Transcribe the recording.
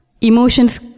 emotions